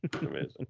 Amazing